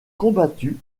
combattu